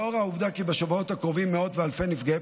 לנוכח העובדה כי בשבועות הקרובים מאות ואלפי נפגעי